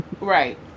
Right